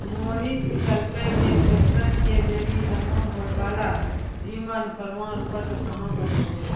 मोहिनी पुछलकै जे पेंशन के लेली जमा होय बाला जीवन प्रमाण पत्र कहाँ बनै छै?